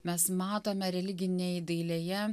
mes matome religinėj dailėje